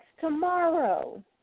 tomorrow